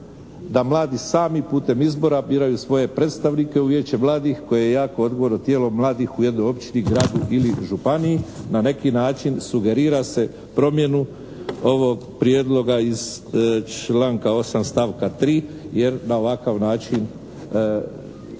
da mladi sami putem izbora biraju svoje predstavnike u vijeće mladih koje je jako odgovorno tijelo mladih u jednoj općini, gradu ili županiji. Na neki način sugerira se promjenu ovog prijedloga iz članka 8., stavka 3. jer na ovakav način